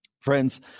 Friends